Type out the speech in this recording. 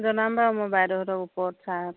জনাম বাৰু মই বাইদেউহঁতক ওপৰত ছাৰহঁত